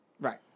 Right